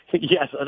yes